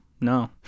no